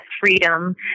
freedom